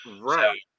Right